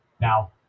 Now